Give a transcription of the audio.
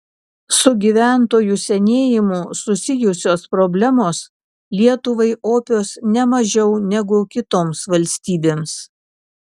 su gyventojų senėjimu susijusios problemos lietuvai opios ne mažiau negu kitoms valstybėms